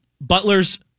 Butler's